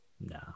no